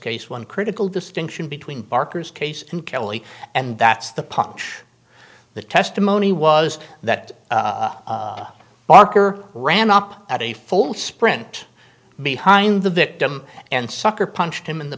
case one critical distinction between barker's case and kelly and that's the pop the testimony was that barker ran up at a full sprint behind the victim and sucker punched him in the